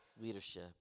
leadership